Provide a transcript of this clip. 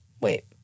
Wait